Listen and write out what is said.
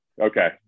Okay